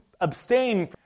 abstain